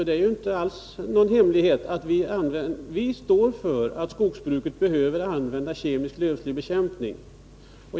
Det är alltså inte någon hemlighet att vi står för uppfattningen att skogsbruket behöver använda kemisk lövslybekämpning.